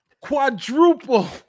Quadruple